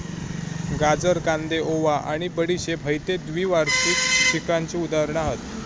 गाजर, कांदे, ओवा आणि बडीशेप हयते द्विवार्षिक पिकांची उदाहरणा हत